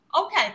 Okay